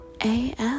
af